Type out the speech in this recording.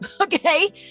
okay